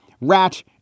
rat